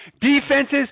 Defenses